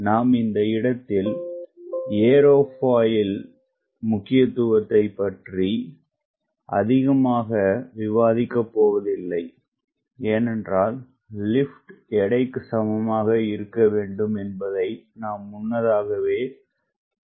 நாம் இந்த இடத்தில் ஏரோபாயில் முக்கியத்துவத்தை பற்றி அதிகமாகவிவாதிக்கப்போவதில்லைஏனென்றால்லிப்ட் எடைக்குசமமாக இருக்க வேண்டும் என்பதை நாம் முன்னதாகவே அறிவோம்